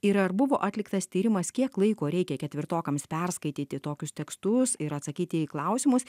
ir ar buvo atliktas tyrimas kiek laiko reikia ketvirtokams perskaityti tokius tekstus ir atsakyti į klausimus